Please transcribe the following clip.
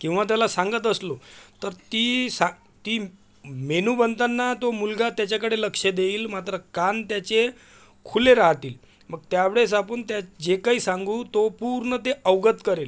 किंवा त्याला सांगत असलो तर ती सा ती मेनू बनताना तो मुलगा त्याच्याकडे लक्ष देईल मात्र कान त्याचे खुले राहतील मग त्यावेळेस आपण त्यास जे काही सांगू तो पूर्ण ते अवगत करेल